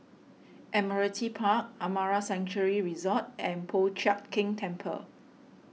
Admiralty Park Amara Sanctuary Resort and Po Chiak Keng Temple